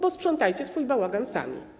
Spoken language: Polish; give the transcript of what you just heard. Posprzątajcie swój bałagan sami.